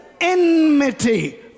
enmity